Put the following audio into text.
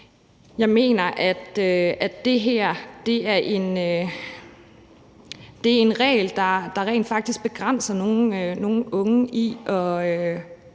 Jeg mener, at det her er en regel, der rent faktisk begrænser nogle unge i at